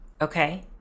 Okay